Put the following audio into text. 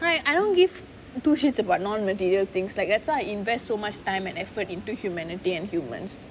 like I don't give two shits about non-material things like that's why I invest so much time and effort into humanity and humans